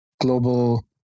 global